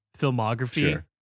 filmography